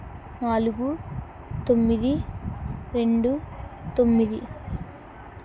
నాలుగు తొమ్మిది రెండు తొమ్మిది